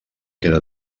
queda